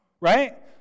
right